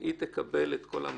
שהיא תקבל את כל המב"דים,